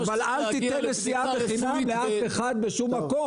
אבל אל תיתן נסיעה בחינם לאף אחד בשום מקום.